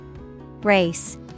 Race